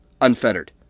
unfettered